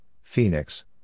Phoenix